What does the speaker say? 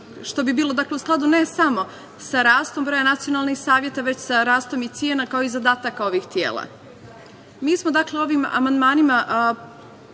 što bi bilo u skladu ne samo sa rastom broja nacionalnih saveta, već sa rastom i cena, kao i zadataka ovih tela. Mi smo, dakle, ovim amandmanima